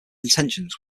intentions